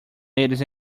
ladies